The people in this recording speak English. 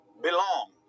belong